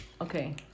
Okay